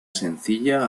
sencilla